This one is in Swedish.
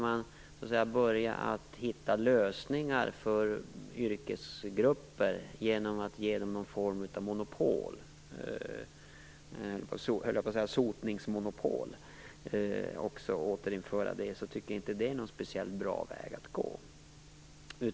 Att börja hitta lösningar för yrkesgrupper genom att ge dem någon form av monopol - återinföra sotningsmonopolet, höll jag på att säga - tycker jag inte är någon speciellt bra väg att gå.